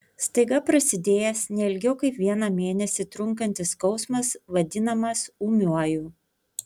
staiga prasidėjęs ne ilgiau kaip vieną mėnesį trunkantis skausmas vadinamas ūmiuoju